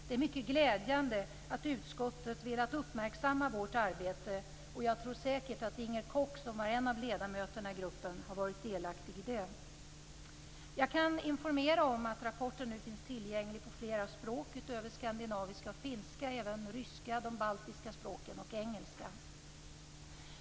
Det är mycket glädjande att utskottet har velat uppmärksamma vårt arbete, och jag tror säkert att Inger Koch, som var en av ledamöterna i gruppen, har varit delaktig i det. Jag kan informera om att rapporten nu finns tillgänglig på flera språk. Utöver de skandinaviska språken och finska finns den även på ryska, de baltiska språken och engelska.